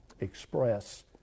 express